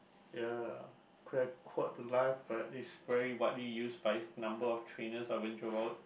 ya lah the life but it's very widely used by number of trainers